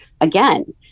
again